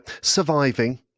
surviving